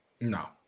No